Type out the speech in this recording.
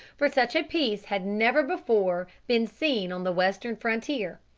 for such a piece had never before been seen on the western frontier.